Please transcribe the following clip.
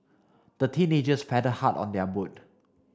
the teenagers paddled hard on their boat